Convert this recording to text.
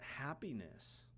happiness